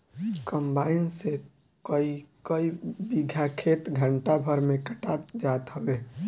combine से कईकई बीघा खेत घंटा भर में कटात जात हवे